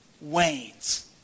wanes